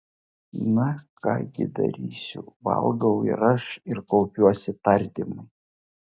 na ką gi darysiu valgau ir aš ir kaupiuosi tardymui